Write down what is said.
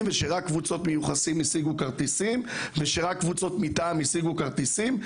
ושרק קבוצות מיוחסות וקבוצות-מטעם השיגו כרטיסים.